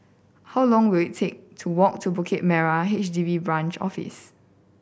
how long will it take to walk to Bukit Merah H D B Branch Office